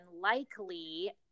likely